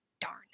Darn